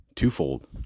Twofold